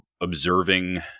observing